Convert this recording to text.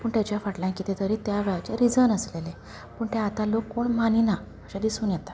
पूण तेज्या फाटल्यान कितें तरी त्या वेळाचें रिजन आसलेलें पूण तें आतां लोक कोण मानिनात अशें दिसून येता